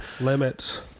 limits